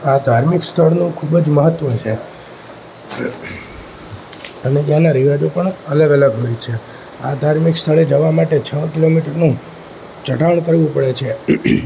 આ ધાર્મિક સ્થળનું ખૂબ જ મહત્વ છે અને એના રિવાજો પણ અલગ અલગ હોય છે આ ધાર્મિક સ્થળે જવા માટે છ કિલોમીટરનું ચઢાણ કરવું પડે છે